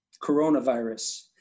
coronavirus